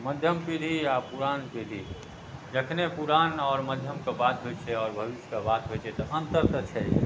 मध्यम पीढ़ी आओर पुरान पीढ़ी जखने पुरान आओर मध्यमके बात होइ छै आओर भविष्यके बात होइ छै तऽ अन्तर तऽ छै